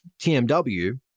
TMW